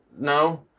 No